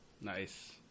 Nice